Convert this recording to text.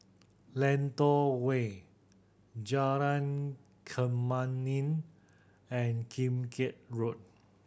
Lentor Way Jalan Kemuning and Kim Keat Road